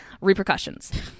repercussions